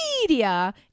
media